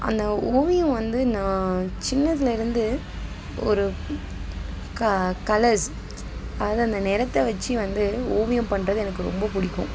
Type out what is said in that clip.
அந்த ஓவியம் வந்து நான் சின்னதிலேருந்து ஒரு க கலர்ஸ் அதில் அந்த நிறத்த வச்சு வந்து ஓவியம் பண்ணுறது எனக்கு ரொம்ப பிடிக்கும்